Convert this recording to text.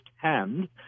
firsthand